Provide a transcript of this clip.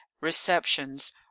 receptions